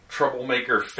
Troublemaker